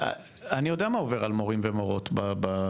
אני יודע מה עובר על מורים ומורות באולפן,